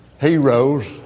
Heroes